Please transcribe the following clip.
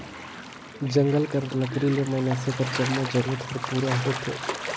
जंगल कर लकरी ले मइनसे कर जम्मो जरूरत हर पूरा होथे